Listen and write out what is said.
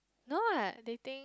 no what they think